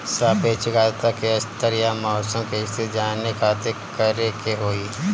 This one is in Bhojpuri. सापेक्षिक आद्रता के स्तर या मौसम के स्थिति जाने खातिर करे के होई?